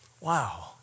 Wow